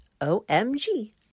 O-M-G